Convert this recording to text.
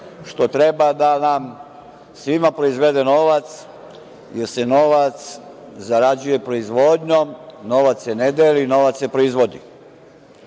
što treba da nam svima proizvede novac, jer se novac zarađuje proizvodnjom, novac se ne deli, novac se proizvodi. To